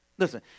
Listen